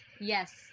Yes